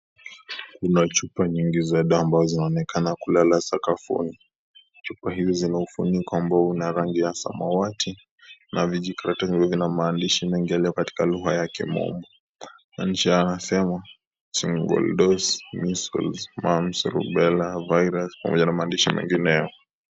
Kuna chupa nyingi za dawa ambazo zinaonekana na kulala sakafuni, chupa hizi zinaufuniko ambao uko na rangi ya samawati na vijikaratasi vyenye maandishi mengi yaliyo katika lugha ya kimombo na nje yanasema single dose measles mumps rubella virus na maandishi mengine ya.